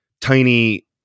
tiny